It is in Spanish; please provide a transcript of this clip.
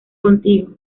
contigo